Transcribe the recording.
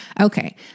Okay